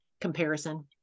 comparison